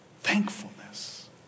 thankfulness